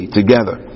together